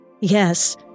Yes